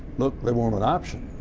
look, they want an option.